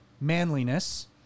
manliness